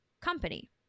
company